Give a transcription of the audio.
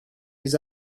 his